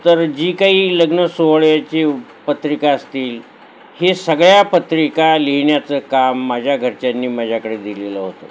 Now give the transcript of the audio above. तर जी काही लग्नसोहळ्याची पत्रिका असतील हे सगळ्या पत्रिका लिहिण्याचं काम माझ्या घरच्यांनी माझ्याकडे दिलेलं होतं